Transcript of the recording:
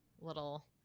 little